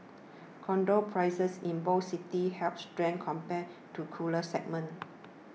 condo prices in both cities held strength compared to cooler segments